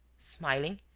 smiling,